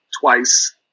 twice